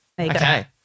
Okay